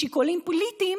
משיקולים פוליטיים,